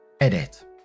Edit